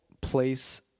place